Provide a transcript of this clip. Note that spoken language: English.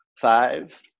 five